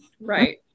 Right